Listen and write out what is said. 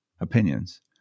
opinions